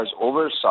oversight